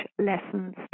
lessons